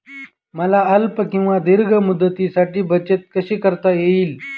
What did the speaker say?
मला अल्प किंवा दीर्घ मुदतीसाठी बचत कशी करता येईल?